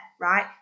right